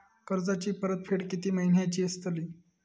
कर्जाची परतफेड कीती महिन्याची असतली?